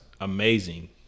amazing